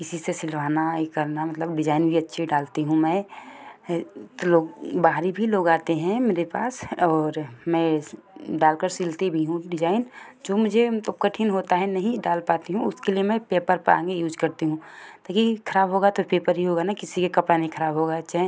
इसी से सिलवाना ये करना मतलब डिज़ाइन भी अच्छी डालती हूँ मैं हैं तो लोग बाहरी भी लोग आते हैं मेरे पास और मैं डाल कर सिलती भी हूँ डिजाइन जो मुझे मतलब कठिन होता है नहीं डाल पाती हूँ उसके लिए मैं पेपर पर यूज करती हूँ ताकि खराब होगा तो पेपर ही होगा न किसी के कपड़ा नहीं खराब होगा चाहें